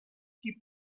die